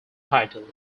title